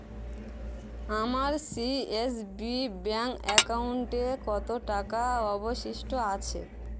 আমার C S B bank অ্যাকাউন্টে কত টাকা অবশিষ্ট আছে